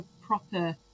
proper